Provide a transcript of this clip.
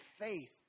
faith